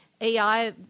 AI